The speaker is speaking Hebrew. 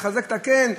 לחזק את הקן,